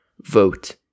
vote